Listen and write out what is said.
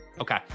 Okay